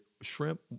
shrimp